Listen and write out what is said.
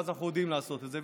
ואז אנחנו יודעים לעשות את זה,